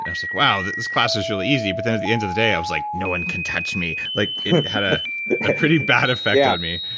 and i was like, wow, this this class is really easy. but then at the end of the day, i was like, no one can touch me. like it had a pretty bad effect on me,